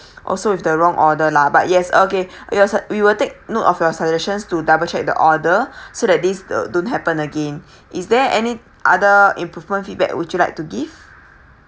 also with the wrong order lah but yes okay we will we will take note of your suggestions to double check the order so that this don't happen again is there any other improvement feedback would you like to give